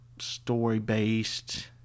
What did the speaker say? story-based